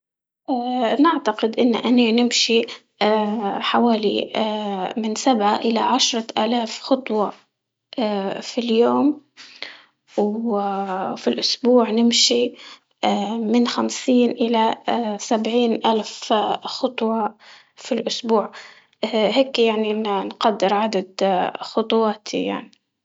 اه نعتقد ان اني نمشي اه حوالي اه من سبعة إلى عشرة آلاف خطوة اه في اليوم، واه في الاسبوع نمشي اه من خمسين إلى اه سبعين ألف اه خطوة في الأسبوع، اه يعني نقدر عدد خطواتي يعني.